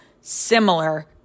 similar